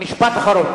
משפט אחרון.